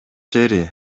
жери